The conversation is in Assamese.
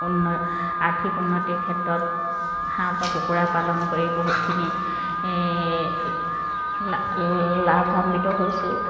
উন্ন আৰ্থিক উন্নতিৰ ক্ষেত্ৰত হাঁহ বা কুকুৰা পালন কৰি বহুতখিনি লা লাভাম্বিত হৈছোঁ